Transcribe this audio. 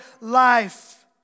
life